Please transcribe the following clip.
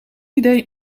idee